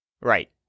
Right